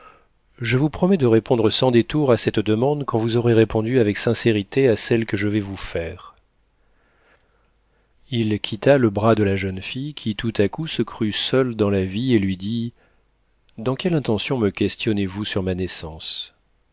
je vous promets de répondre sans détour à cette demande quand vous aurez répondu avec sincérité à celle que je vais vous faire il quitta le bras de la jeune fille qui tout à coup se crut seule dans la vie et lui dit dans quelle intention me questionnez vous sur ma naissance